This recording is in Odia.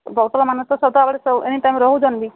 ଡକ୍ଟର ମାନେ ତ ସଦାବେଳେ ଏନି ଟାଇମ୍ ରହୁଛନ୍ତି ବି